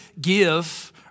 give